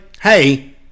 Hey